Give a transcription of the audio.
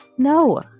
No